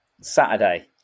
Saturday